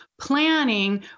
planning